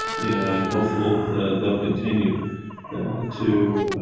you know, i'm hopeful that they'll continue to